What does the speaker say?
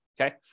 Okay